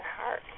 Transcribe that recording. heart